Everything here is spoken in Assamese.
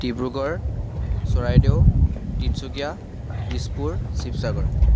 ডিব্ৰুগড় চৰাইদেউ তিনিচুকীয়া দিছপুৰ শিৱসাগৰ